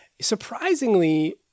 surprisingly